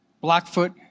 Blackfoot